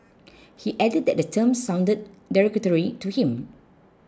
he added that the term sounded derogatory to him